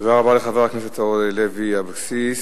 תודה רבה לחברת הכנסת אורלי לוי אבקסיס.